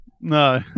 No